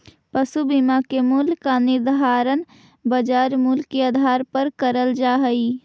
पशु बीमा के मूल्य का निर्धारण बाजार मूल्य के आधार पर करल जा हई